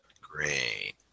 great